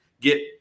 get